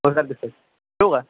हो चालतेय सर ठेऊ का